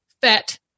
fat